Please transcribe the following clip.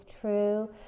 true